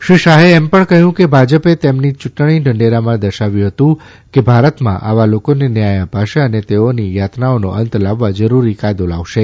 શ્રી શાહે એમ પણ કહ્યું કે ભાજપે તેના ચૂંટણીઢંઢેરામાં દર્શાવ્યું હતું કે ભારતમાં આવા લોકોને ન્યાય અપાશે અને તેઓની યાતનાઓનો અંત લાવવા જરૂરી કાયદો લાવશે